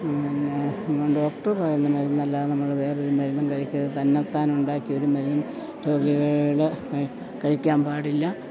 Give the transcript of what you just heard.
പിന്നെ ഡോക്ടർ പറയുന്ന മരുന്നല്ലാതെ നമ്മൾ വേറെ ഒരു മരുന്നും കഴിക്കാതെ തന്നത്താൻ ഉണ്ടാക്കിയ ഒരു മരുന്നും രോഗികൾ കഴിക്കാൻ പാടില്ല